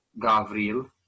Gavril